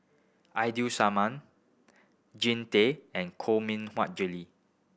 Ida Simmon Jean Tay and Koh Mui Hiang Julie